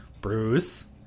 Bruce